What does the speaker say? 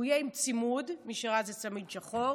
הוא יהיה עם צימוד, מי שראה, זה צמיד שחור.